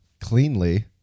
cleanly